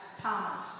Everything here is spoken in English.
Thomas